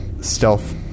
stealth